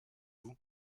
vous